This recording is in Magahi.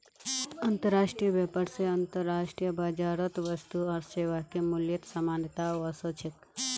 अंतर्राष्ट्रीय व्यापार स अंतर्राष्ट्रीय बाजारत वस्तु आर सेवाके मूल्यत समानता व स छेक